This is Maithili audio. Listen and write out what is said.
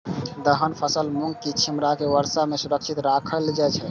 दलहन फसल मूँग के छिमरा के वर्षा में सुरक्षित राखल जाय?